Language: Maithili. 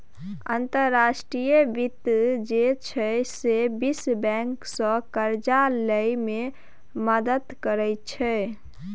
अंतर्राष्ट्रीय वित्त जे छै सैह विश्व बैंकसँ करजा लए मे मदति करैत छै